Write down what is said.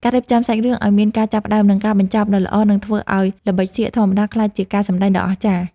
ការរៀបចំសាច់រឿងឱ្យមានការចាប់ផ្តើម និង ការបញ្ចប់ដ៏ល្អនឹងធ្វើឱ្យល្បិចសៀកធម្មតាក្លាយជាការសម្តែងដ៏អស្ចារ្យ។